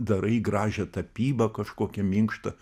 darai gražią tapybą kažkokią minkštą